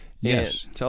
Yes